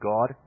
God